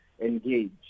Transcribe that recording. engage